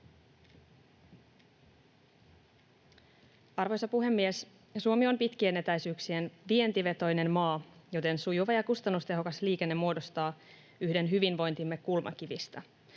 Arvoisa puhemies! Suomi on pitkien etäisyyksien vientivetoinen maa, joten sujuva ja kustannustehokas liikenne muodostaa yhden hyvinvointimme kulmakivistä.